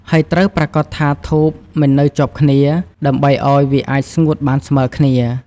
ដោយត្រូវប្រាកដថាធូបមិននៅជាប់គ្នា ដើម្បីឱ្យវាអាចស្ងួតបានស្មើគ្នា។